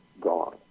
gone